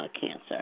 cancer